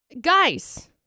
Guys